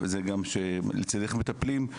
שזה גם "לצידך" מטפלים.